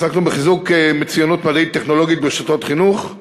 עסקנו בחיזוק מצוינות מדעית-טכנולוגית ברשתות חינוך.